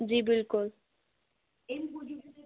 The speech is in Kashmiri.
جی بِلکُل